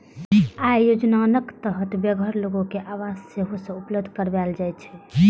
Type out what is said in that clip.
अय योजनाक तहत बेघर लोक कें आवास सेहो उपलब्ध कराएल जाइ छै